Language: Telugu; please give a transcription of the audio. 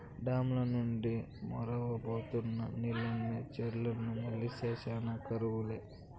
డామ్ ల నుండి మొరవబోతున్న నీటిని చెర్లకు మల్లిస్తే చాలు కరువు లే